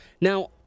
Now